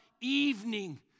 evening